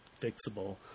fixable